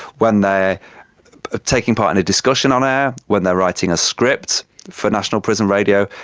when they are taking part in a discussion on air, when they are writing a script for national prison radio,